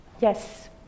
yes